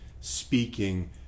speaking